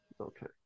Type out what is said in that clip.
okay